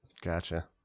Gotcha